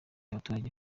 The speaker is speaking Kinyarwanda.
abaturage